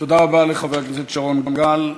תודה רבה לחבר הכנסת שרון גל.